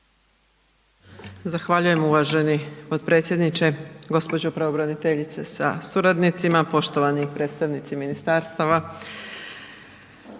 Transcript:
Zahvaljujem uvaženi potpredsjedniče, gđo. pravobraniteljice sa suradnicima, poštivani predstavnici ministarstava.